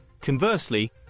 Conversely